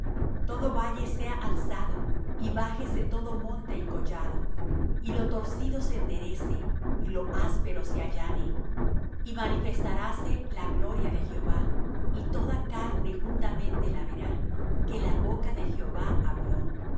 todo valle sea alzado y bájese todo monte y collado y lo torcido se enderece y lo áspero se allane y manifestaráse la gloria de jehová y toda carne juntamente la verá que la boca de jehová habló